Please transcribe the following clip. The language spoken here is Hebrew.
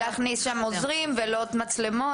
אבל לא נותנים להכניס שם עוזרים ולא מצלמות.